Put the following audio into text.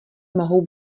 mohou